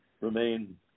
remain